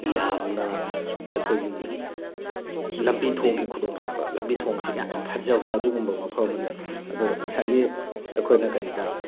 ꯌꯥꯝꯅ ꯑꯩꯈꯣꯏꯒꯤ ꯂꯝꯕꯤ ꯊꯣꯡꯒꯤ ꯈꯨꯗꯣꯡꯆꯥꯕ ꯂꯝꯕꯤ ꯊꯣꯡꯁꯦ ꯌꯥꯝ ꯐꯖꯕ ꯑꯗꯨꯒꯨꯝꯕ ꯃꯐꯝ ꯑꯃꯅꯦ ꯑꯗꯣ ꯉꯁꯥꯏꯒꯤ ꯑꯩꯈꯣꯏꯅ ꯀꯔꯤꯗ